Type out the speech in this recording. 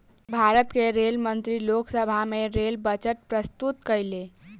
भारत के रेल मंत्री लोक सभा में रेल बजट प्रस्तुत कयलैन